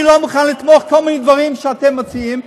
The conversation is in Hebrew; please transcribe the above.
כי אני לא מוכן לתמוך בכל מיני דברים שאתם מציעים.